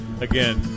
again